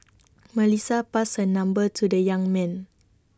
Melissa passed her number to the young man